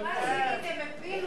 את החומה הסינית הם הפילו,